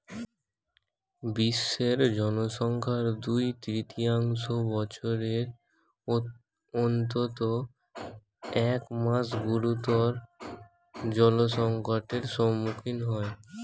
বিশ্বের জনসংখ্যার দুই তৃতীয়াংশ বছরের অন্তত এক মাস গুরুতর জলসংকটের সম্মুখীন হয়